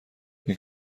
این